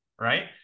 right